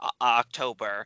October